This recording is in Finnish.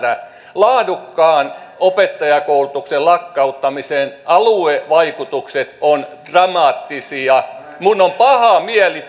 laadukkaan opettajakoulutuksen lakkauttamisen aluevaikutukset ovat dramaattisia minulla on paha mieli